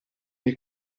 nei